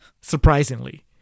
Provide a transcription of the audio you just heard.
surprisingly